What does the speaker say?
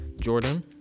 Jordan